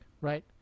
Right